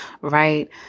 right